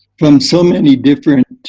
from so many different